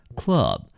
club